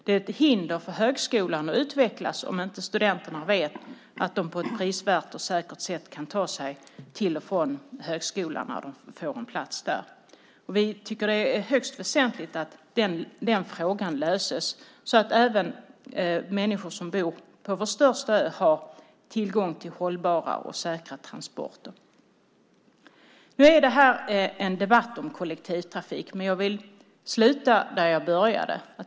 Det är ett hinder för högskolan att utvecklas om inte studenterna vet att de på ett prisvärt och säkert sätt kan ta sig till och från högskolan när de får en plats där. Vi tycker att det är högst väsentligt att man löser den frågan så att även de som bor på vår största ö har tillgång till hållbara och säkra transporter. Det här är ju en debatt om kollektivtrafik, men jag vill sluta där jag började.